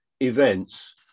events